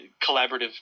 collaborative